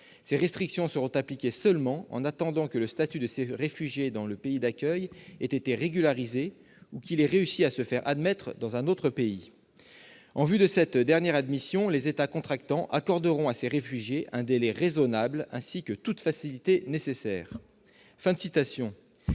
ces restrictions seront appliquées seulement en attendant que le statut de ces réfugiés dans le pays d'accueil ait été régularisé ou qu'ils aient réussi à se faire admettre dans un autre pays. En vue de cette dernière admission, les États contractants accorderont à ces réfugiés un délai raisonnable, ainsi que toutes facilités nécessaires. »